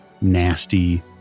nasty